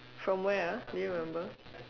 from where ah do you remember